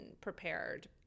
prepared